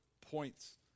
points